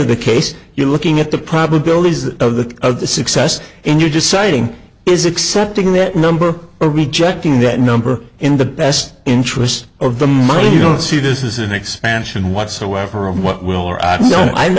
of the case you're looking at the probabilities of the of the success and you're just citing is accepting that number or rejecting that number in the best interest of the money you don't see this is an expansion whatsoever of w